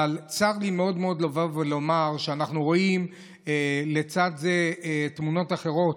אבל צר לי מאוד לומר שאנחנו רואים לצד זה תמונות אחרות,